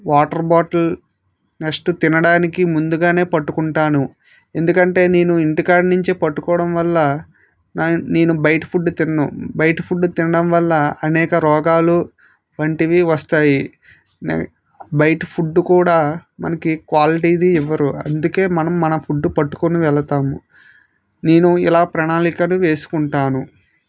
water bottle next తినడానికి ముందుగానే పట్టుకుంటాను ఎందుకంటే నేను ఇంటిదగ్గర నుంచే పట్టుకోవడం వల్ల నా నేను బయట ఫుడ్ తినను బయట ఫుడ్ తినడం వల్ల అనేక రోగాలు వంటివి వస్తాయి నే బయట ఫుడ్ కూడా మనకి క్వాలిటీది ఇవ్వరు అందుకే మనం మన ఫుడ్ పట్టుకొని వెళ్తాము నేను ఇలా ప్రణాళికలు వేసుకుంటాను